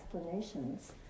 explanations